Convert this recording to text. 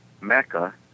mecca